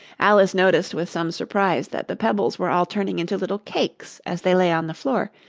alice noticed with some surprise that the pebbles were all turning into little cakes as they lay on the floor,